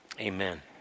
Amen